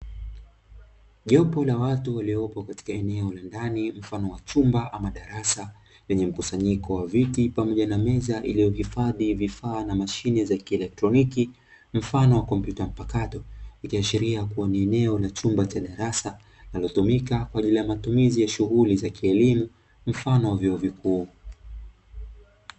Jopo la watu waliopo katika eneo la ndani mfano wa chumba ama darasa lenye mkusanyiko wa viti pamoja na meza iliyohifadhi vifaa na mashine za kielektroniki mfano wa kompyuta mpakato, ikiashiria kuwa ni eneo la chumba cha darasa linalotumika kwa ajili ya matumizi ya shughuli za kielimu mfano wa vyuo vikuu.